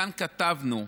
כאן כתבנו.